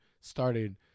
started